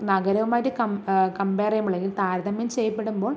നഗരവുമായിട്ട് കം കമ്പയർ ചെയ്യുമ്പോൾ അല്ലെങ്കിൽ താരതമ്യം ചെയ്യപ്പെടുമ്പോൾ